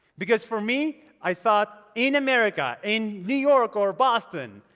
because for me, i thought, in america, in new york or boston,